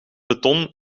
beton